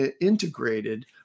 integrated